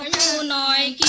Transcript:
and two nine